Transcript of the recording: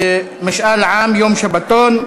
משאל עם, יום שבתון).